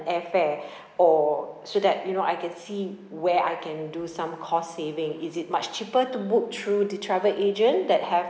air fare or so that you know I can see where I can do some cost saving is it much cheaper to book through the travel agent that have